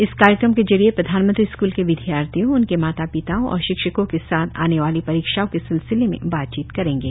इस कार्यक्रम के जरिए प्रधानमंत्री स्कृल के विदयार्थियों उनके माता पिताओं और शिक्षकों के साथ आने वाली परीक्षाओं के सिलसिले में बातचीत करेंगे